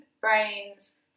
brains